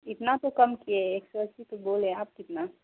اتنا تو کم کیے ایک سو اسّی تو بولے اب کتنا